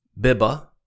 Biba